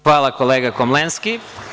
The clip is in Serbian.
Hvala kolega Komlenski.